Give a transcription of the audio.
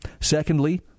Secondly